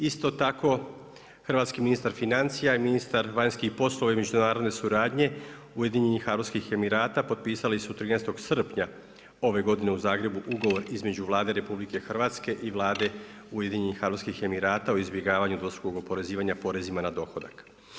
Isto tako hrvatski ministar financija i ministar vanjskih poslova i međunarodne suradnje Ujedinjenih Arapskih Emirata potpisali su 13. srpnja ove godine u Zagrebu ugovor između Vlade RH i Vlade Ujedinjenih Arapskih Emirata o izbjegavanju dvostrukog oporezivanja porezima na dohodak.